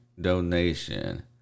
donation